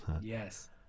Yes